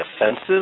offensive